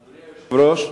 אדוני היושב-ראש,